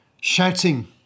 shouting